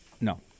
No